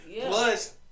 plus